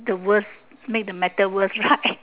the worse make the matter worse right